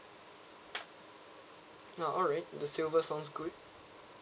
oh alright the silver sounds good